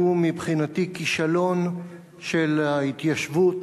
שהוא מבחינתי כישלון של ההתיישבות